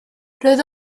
roedd